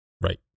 right